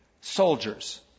soldiers